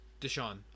Deshaun